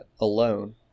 alone